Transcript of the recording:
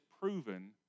proven